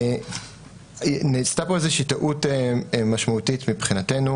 נעשתה פה איזושהי טעות משמעותית מבחינתנו.